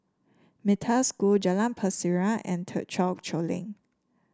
Metta School Jalan Pasiran and Thekchen Choling